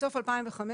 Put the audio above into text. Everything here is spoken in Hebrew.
מסוף 2015,